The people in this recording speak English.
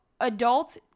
adults –